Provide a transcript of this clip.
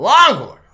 Longhorn